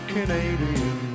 Canadian